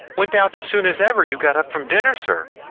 went out as soon as ever you got up from dinner, sir.